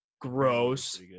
gross